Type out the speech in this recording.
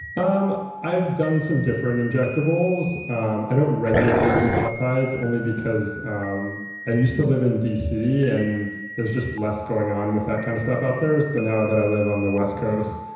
um i have done some different injectables. um i don't regularly do peptides only because um i used to live in dc and there's just less going on with that kind of stuff out there, but now that i live on the west coast,